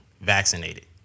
vaccinated